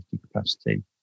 capacity